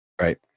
right